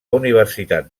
universitat